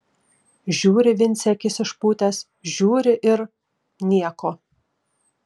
žiūri vincė akis išpūtęs žiūri ir nieko